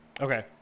Okay